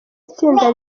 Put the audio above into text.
itsinda